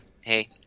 hey